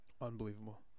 Unbelievable